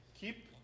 Keep